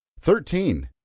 thirteen.